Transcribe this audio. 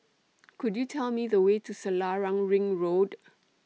Could YOU Tell Me The Way to Selarang Ring Road